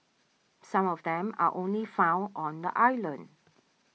some of them are only found on the island